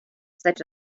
such